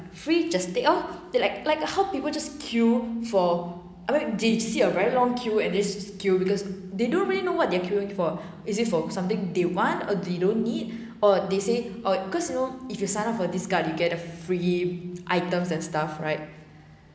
free just take lor like like how people just queue for I mean they see a very long queue and just queue because they don't really know what they're queueing for is it for something they want or they don't need or they say or because you know if you sign up for this card you get a free items and stuff right